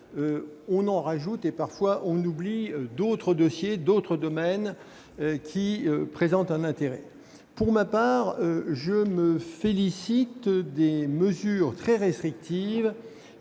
on en rajoute, en oubliant parfois d'autres dossiers et domaines qui présentent un intérêt. Pour ma part, je me félicite des mesures très restrictives